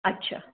अच्छा